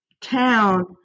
town